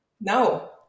No